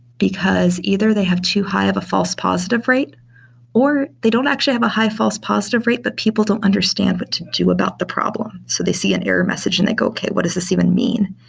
because either they have too high of a false positive rate or they don't actually have a high false positive rate, but people don't understand what to do about the problem. so they see an error message and they go, okay. what is this even mean?